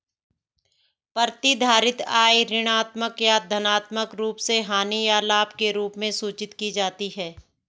प्रतिधारित आय ऋणात्मक या धनात्मक रूप से हानि या लाभ के रूप में सूचित की जाती है